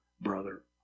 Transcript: brother